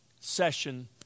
session